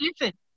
listen